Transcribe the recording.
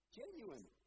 genuine